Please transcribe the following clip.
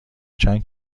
چند